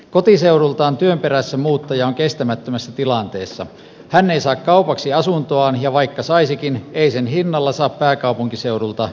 kotiseudultaan työn perässä muuttaja on kestämättömässä tilanteessa hän ei saa kaupaksi asuntoaan ja vaikka saisikin eisen hinnalla saa pääkaupunkiseudulta